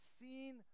seen